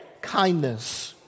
kindness